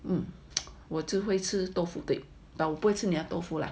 um 我只是会吃 tofu cake 不会吃你的 tofu lah